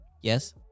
yes